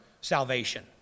salvation